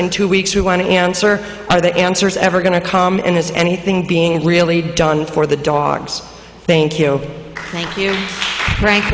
in two weeks we want to answer are the answers ever going to come in has anything being really done for the dogs thank you thank you